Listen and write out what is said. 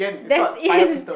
that's it